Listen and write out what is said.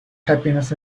happiness